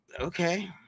Okay